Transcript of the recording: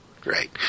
Great